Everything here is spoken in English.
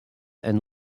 and